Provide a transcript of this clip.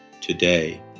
today